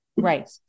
right